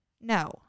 No